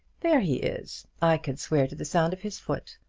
there he is. i could swear to the sound of his foot.